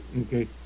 Okay